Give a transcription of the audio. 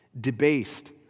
Debased